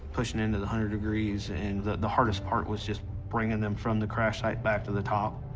pushing into the hundred degrees, and the the hardest part was just bringing them from the crash site back to the top.